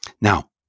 Now